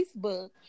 Facebook